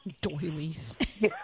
Doilies